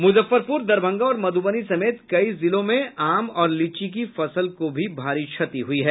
मूजफ्फरपूर दरभंगा और मधूबनी समेत कई जिलों में आम और लीची की फसल को भी भारी नुकसान हुआ है